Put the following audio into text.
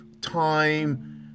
time